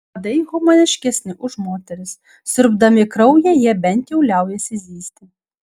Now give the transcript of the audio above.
uodai humaniškesni už moteris siurbdami kraują jie bent jau liaujasi zyzti